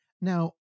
Now